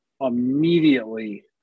immediately